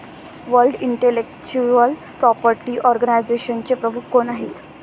World intellectual property ऑर्गनायझेशनचे प्रमुख कोण आहेत?